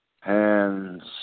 hands